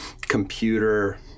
computer